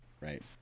right